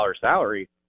salary –